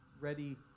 ready